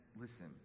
listen